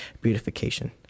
beautification